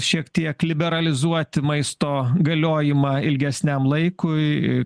šiek tiek liberalizuoti maisto galiojimą ilgesniam laikui